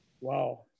Wow